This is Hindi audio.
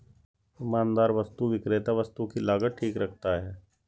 ईमानदार वस्तु विक्रेता वस्तु की लागत ठीक रखता है